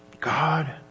God